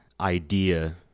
idea